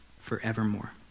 forevermore